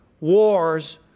wars